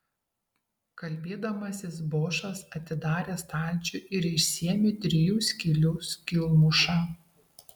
kalbėdamasis bošas atidarė stalčių ir išsiėmė trijų skylių skylmušą